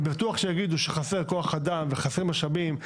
אני בטוח שיגידו שחסר כוח אדם וחסרים משאבים,